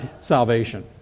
salvation